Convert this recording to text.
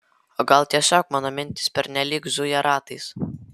o gal tiesiog mano mintys pernelyg zuja ratais